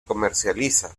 comercializa